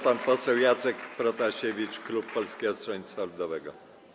Pan poseł Jacek Protasiewicz, klub Polskiego Stronnictwa Ludowego.